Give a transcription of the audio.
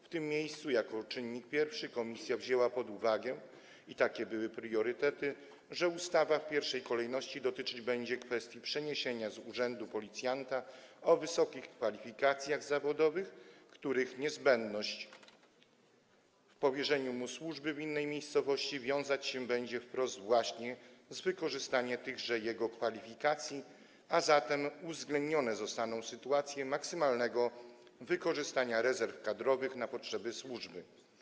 W tym miejscu jako czynnik pierwszy komisja wzięła pod uwagę - i takie były priorytety - że ustawa w pierwszej kolejności dotyczyć będzie kwestii przeniesienia z urzędu policjanta o wysokich kwalifikacjach zawodowych, których niezbędność w powierzeniu mu służby w innej miejscowości wiązać się będzie wprost właśnie z wykorzystaniem tychże jego kwalifikacji, a zatem uwzględnione zostaną sytuacje maksymalnego wykorzystania rezerw kadrowych na potrzeby służby.